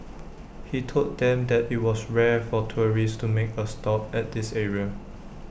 he told them that IT was rare for tourists to make A stop at this area